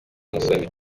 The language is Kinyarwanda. musoni